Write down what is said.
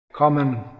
common